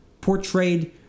portrayed